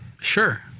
Sure